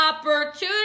opportunity